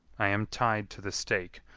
i am tied to the stake,